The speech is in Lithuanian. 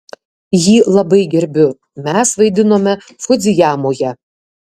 jį labai gerbiu mes vaidinome fudzijamoje